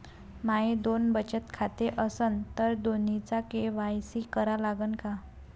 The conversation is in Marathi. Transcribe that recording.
माये दोन बचत खाते असन तर दोन्हीचा के.वाय.सी करा लागन का?